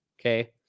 Okay